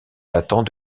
datant